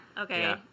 Okay